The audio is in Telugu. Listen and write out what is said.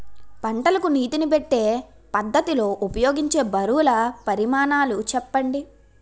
పంటలకు నీటినీ పెట్టే పద్ధతి లో ఉపయోగించే బరువుల పరిమాణాలు చెప్పండి?